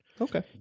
Okay